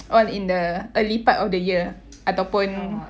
all in the early part of the year ataupun